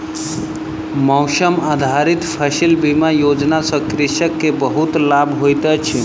मौसम आधारित फसिल बीमा योजना सॅ कृषक के बहुत लाभ होइत अछि